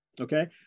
Okay